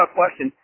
question